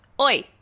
oi